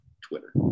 Twitter